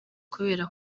kubera